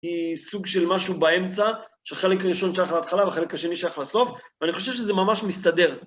היא סוג של משהו באמצע, שהחלק הראשון שייך להתחלה, והחלק השני שייך לסוף, ואני חושב שזה ממש מסתדר.